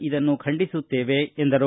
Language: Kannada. ಇದನ್ನು ಖಂಡಿಸುತ್ತೇವೆ ಎಂದರು